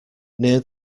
near